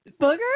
Booger